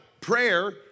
Prayer